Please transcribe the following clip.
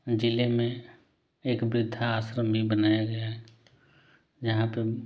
ज़िले में एक वृद्धाश्रम भी बनाया गया है जहाँ पे